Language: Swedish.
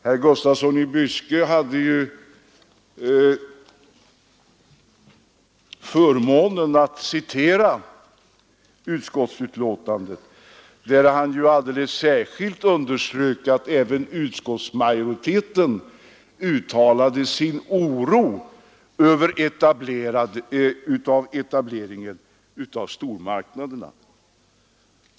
Herr Gustafsson i Byske hade ju förmånen att citera utskottsbetänkandet när han alldeles särskilt underströk att även utskottsmajoriteten uttalat sin oro över etableringen av stormarknader.